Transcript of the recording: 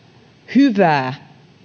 hyvää